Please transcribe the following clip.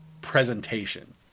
presentation